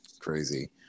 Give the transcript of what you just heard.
Crazy